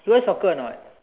you watch soccer not